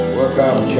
Welcome